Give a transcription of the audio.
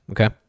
Okay